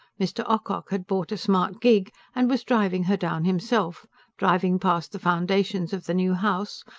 mr. ocock had bought a smart gig and was driving her down himself driving past the foundations of the new house,